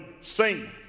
sing